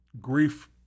grief